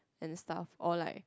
and the stuff all like